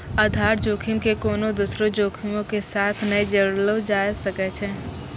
आधार जोखिम के कोनो दोसरो जोखिमो के साथ नै जोड़लो जाय सकै छै